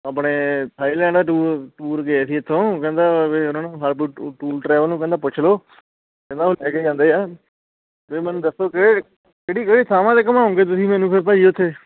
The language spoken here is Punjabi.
ਆਪਣੇ ਥਾਈਲੈਂਡ ਦਾ ਟੂਰ ਟੂਰ ਗਏ ਸੀ ਇੱਥੋਂ ਕਹਿੰਦਾ ਵੀ ਉਹਨਾਂ ਨੂੰ ਹਰਪ੍ਰੀਤ ਟੁ ਟੂਰ ਟਰੈਵਲ ਨੂੰ ਕਹਿੰਦਾ ਪੁੱਛ ਲਓ ਕਹਿੰਦਾ ਉਹ ਲੈ ਕੇ ਜਾਂਦੇ ਆ ਫਿਰ ਮੈਨੂੰ ਦੱਸੋ ਕਿ ਕਿਹੜੀ ਕਿਹੜੀ ਥਾਵਾਂ 'ਤੇ ਘੁੰਮਾਉਗੇ ਤੁਸੀਂ ਮੈਨੂੰ ਫਿਰ ਭਾਅ ਜੀ ਉੱਥੇ